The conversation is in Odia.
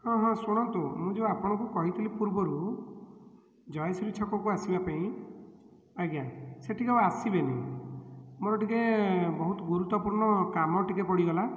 ହଁ ହଁ ଶୁଣନ୍ତୁ ମୁଁ ଯେଉଁ ଆପଣଙ୍କୁ କହିଥିଲି ପୂର୍ବରୁ ଜୟଶ୍ରୀ ଛକକୁ ଆସିବା ପାଇଁ ଆଜ୍ଞା ସେଟିକି ଆଉ ଆସିବେନି ମୋର ଟିକିଏ ବହୁତ ଗୁରୁତ୍ୱପୂର୍ଣ୍ଣ କାମ ଟିକିଏ ପଡ଼ିଗଲା